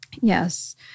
Yes